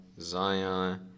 Zion